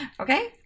Okay